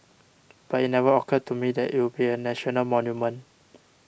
but it never occurred to me that it would be a national monument